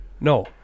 no